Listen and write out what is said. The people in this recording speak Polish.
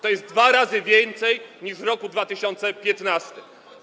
To jest dwa razy więcej niż w roku 2015.